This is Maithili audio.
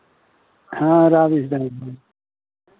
हँ राबिस देने छै